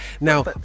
Now